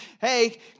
hey